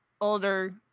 older